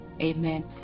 Amen